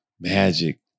Magic